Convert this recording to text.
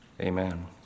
Amen